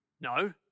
No